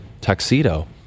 tuxedo